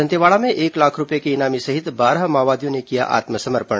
दंतेवाड़ा में एक लाख रूपये के इनामी सहित बारह माओवादियों ने किया आत्मसमर्पण